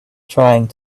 trying